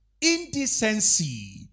indecency